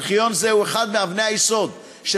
ארכיון זה הוא אחת מאבני היסוד של